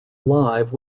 live